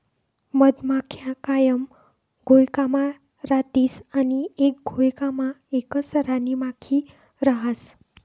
मधमाख्या कायम घोयकामा रातीस आणि एक घोयकामा एकच राणीमाखी रहास